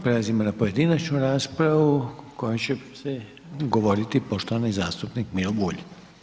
Prelazimo na pojedinačnu raspravu kojom će se govoriti poštovani zastupnik Miro Bulj.